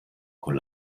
con